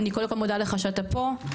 אני קודם כל מודה לך שאתה פה,